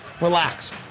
relax